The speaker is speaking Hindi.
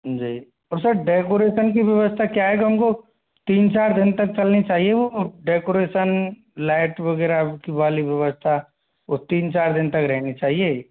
जी और सर डेकोरेशन की व्यवस्था क्या है कि उनको तीन चार दिन तक चलनी चाहिए वो डेकोरेशन लाइट वगैरह वाली व्यवस्था वो तीन चार दिन तक रहनी चाहिए